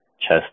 chest